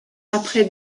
après